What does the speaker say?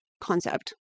concept